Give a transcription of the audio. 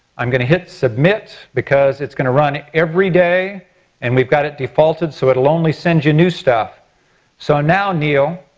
i'm gonna hit submit because it's gonna run every day and we've got it defaulted so it'll only send you new stuff so now, neil,